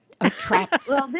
attracts